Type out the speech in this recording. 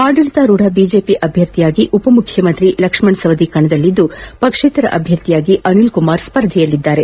ಆಡಳಿತಾರೂಢ ಬಿಜೆಪಿ ಅಭ್ಯರ್ಥಿಯಾಗಿ ಉಪಮುಖ್ಯಮಂತ್ರಿ ಲಕ್ಷ್ಮಣ ಸವದಿ ಕಣದಲ್ಲಿದ್ದು ಪಕ್ಷೇತರ ಅಭ್ಯರ್ಥಿಯಾಗಿ ಅನಿಲ್ ಕುಮಾರ್ ಸ್ಪರ್ಧೆಯಲ್ಲಿದ್ದಾರೆ